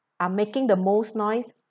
are making the most noise